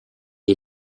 est